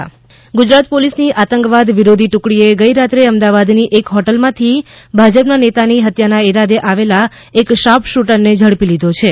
sharpshooter ઝડપાયો ગુજરાત પોલીસની આતંકવાદ વિરોધી ટુકડીએ ગઈરાત્રે અમદાવાદની એક હોટેલમાંથી ભાજપના નેતાની હત્યાના ઇરાદે આવેલા એક શાર્પ શૂટરને ઝડપી લીધો છે